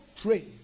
pray